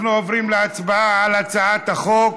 אנחנו עוברים להצבעה על הצעת חוק